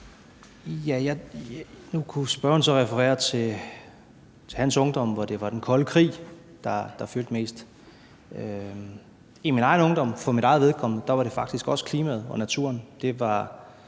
Nu kunne spørgeren så referere til hans ungdom, hvor det var den kolde krig, der fyldte mest. For mit eget vedkommende var det i min egen ungdom faktisk også klimaet og naturen,